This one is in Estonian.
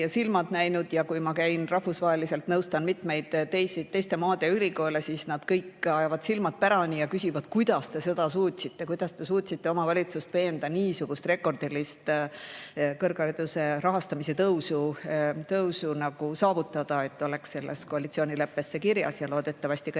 silmad näinud. Kui ma käin ja rahvusvaheliselt nõustan mitmeid teiste maade ülikoole, siis nad kõik ajavad silmad pärani ja küsivad, kuidas te seda suutsite. Kuidas te suutsite oma valitsust veenda, et niisugune rekordiline kõrghariduse rahastamise tõus oleks koalitsioonileppes kirjas? Loodetavasti